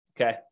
okay